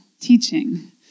teaching